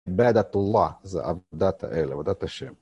בעדת אללה, זה עבדת האל, עבדת ה'